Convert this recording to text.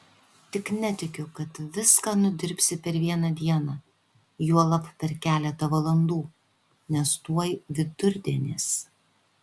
tik netikiu kad viską nudirbsi per vieną dieną juolab per keletą valandų nes tuoj vidurdienis